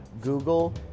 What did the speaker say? Google